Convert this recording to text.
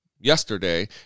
yesterday